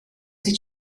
did